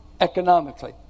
economically